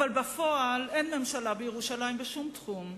אבל בפועל אין ממשלה בירושלים בשום תחום,